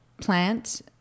plant